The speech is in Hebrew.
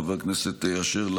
חבר הכנסת אשר.